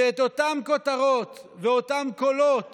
שאת אותן כותרות ואותם קולות